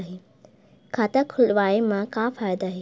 खाता खोलवाए मा का फायदा हे